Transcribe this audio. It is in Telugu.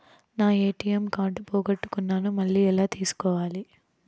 నా ఎ.టి.ఎం కార్డు పోగొట్టుకున్నాను, మళ్ళీ ఎలా తీసుకోవాలి?